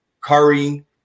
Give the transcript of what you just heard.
Curry